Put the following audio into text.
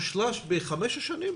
האם הוא הושלש בחמש שנים?